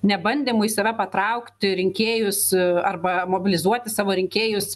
nebandymu į save patraukti rinkėjus arba mobilizuoti savo rinkėjus